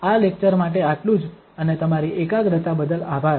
તેથી આ લેક્ચર માટે આટલું જ અને તમારી એકાગ્રતા બદલ આભાર